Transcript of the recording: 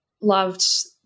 loved